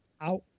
out